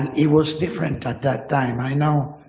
and it was different at that time. i know